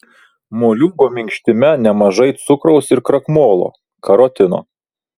moliūgo minkštime nemažai cukraus ir krakmolo karotino